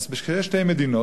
אז שיהיו שתי מדינות.